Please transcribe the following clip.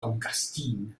augustine